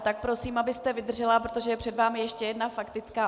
Tak prosím, abyste vydržela, protože je před vámi ještě jedna faktická.